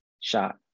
shot